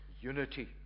unity